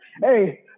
Hey